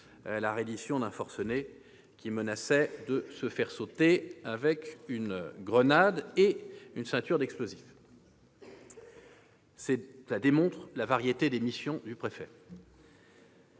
la reddition d'un forcené qui menaçait de se faire sauter avec une grenade et une ceinture d'explosifs. Cela démontre la variété des missions du préfet.